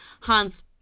Hans